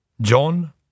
John